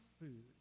food